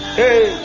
hey